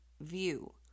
view